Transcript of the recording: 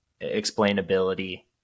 explainability